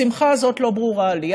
השמחה הזאת לא ברורה לי.